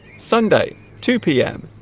sunday two p m.